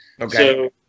Okay